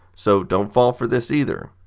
so don't fall for this either!